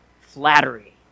flattery